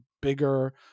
bigger